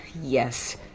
yes